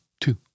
two